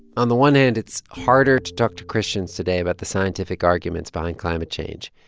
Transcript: on the one hand, it's harder to talk to christians today about the scientific arguments behind climate change.